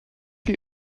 chi